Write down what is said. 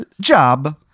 Job